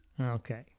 Okay